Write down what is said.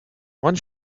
one